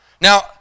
now